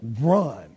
run